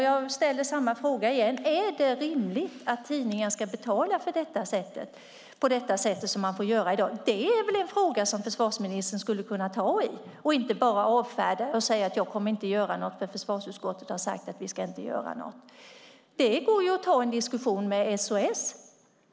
Jag ställer samma fråga igen: Är det rimligt att tidningar ska betala på det sätt de får göra i dag? Det är väl en fråga som försvarsministern skulle kunna ta i och inte bara avfärda och säga att han inte kommer att göra något eftersom försvarsutskottet har sagt att vi inte ska göra något. Det går att ta en diskussion med SOS Alarm.